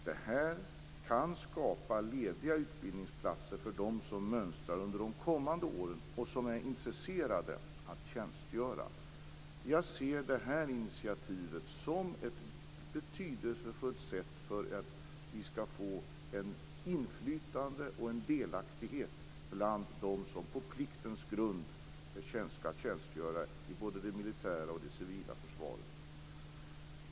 Det här kan skapa lediga utbildningsplatser för dem som mönstrar under de kommande åren och som är intresserade av att tjänstgöra. Jag ser det här initiativet som ett betydelsefullt sätt att få ett inflytande och en delaktighet bland dem som på pliktens grund skall tjänstgöra i både det militära och det civila försvaret.